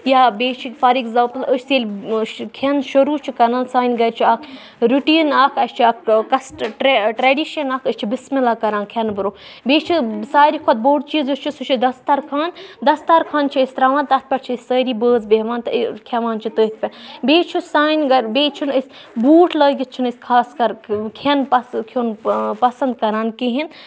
یا بیٚیہِ چھِ فار اؠگزامپٕل أسۍ ییٚلہِ کھؠن شَروٗع چھِ کَران سانہِ گرِ چھ اَکھ رُٹیٖن اَکھ اَسہِ چھُ اَکھ کَسٹ ٹریڈِشَن اَکھ أسۍ چھ بِسمہ اللہ کَران کھؠنہٕ برٛونہہ بیٚیہِ چھُ ساروی کھۄتہٕ بوٚڈ چیٖز یُس چھُ سُہ چھُ دَستارخان دَستارخان چھ أسۍ تراوان تَتھ پؠٹھ چھ أسۍ سٲری بٲژ بیٚہوان تہٕ کھؠوان چھ تٔتھۍ پیٹھ بیٚیہِ چھ سانہِ گرِ بیٚیہِ چھنہٕ أسۍ بوٗٹھ لٲگِتھ چھنہٕ أسۍ خاص کَر کھؠن پَسند کھؠون پَسند کَران کہیٖنۍ